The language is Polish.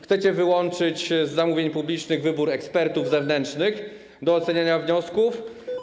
Chcecie wyłączyć z zamówień publicznych wybór ekspertów zewnętrznych do oceniania wniosków.